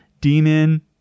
Demon